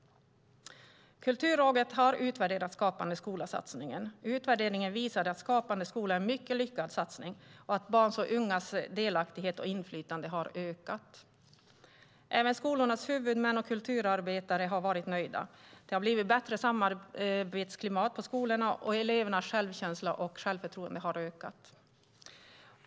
Kulturrådet har utvärderat Skapande skola-satsningen. Utvärderingen visade att Skapande skola är en mycket lyckad satsning och att barns och ungas delaktighet och inflytande har ökat. Även skolornas huvudmän och kulturarbetare har varit nöjda. Det har blivit bättre samarbetsklimat på skolorna, och elevernas självkänsla och självförtroende har ökat.